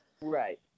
Right